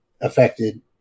affected